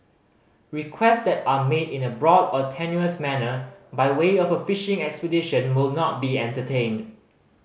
requests that are made in a broad or tenuous manner by way of a fishing expedition will not be entertained